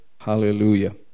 Hallelujah